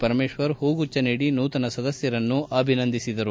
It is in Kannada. ಪರಮೇಶ್ವರ್ ಹೂಗುಚ್ವ ನೀಡಿ ನೂತನ ಸದಸ್ಟರನ್ನು ಅಭಿನಂದಿಸಿದರು